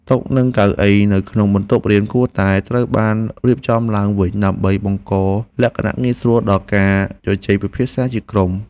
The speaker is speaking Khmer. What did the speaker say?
តុនិងកៅអីនៅក្នុងបន្ទប់រៀនគួរតែត្រូវបានរៀបចំឡើងវិញដើម្បីបង្កលក្ខណៈងាយស្រួលដល់ការជជែកពិភាក្សាជាក្រុម។